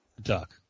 Duck